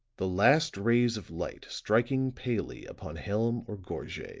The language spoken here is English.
the last rays of light striking palely upon helm or gorget